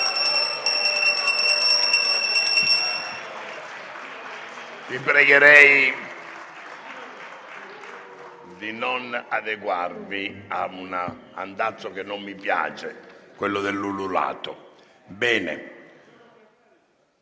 vi prego di non adeguarvi ad un andazzo che non mi piace: quello dell'ululato. È